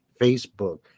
Facebook